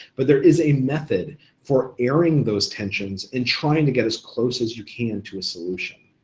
but there is a method for airing those tensions and trying to get as close as you can to a solution.